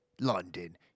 London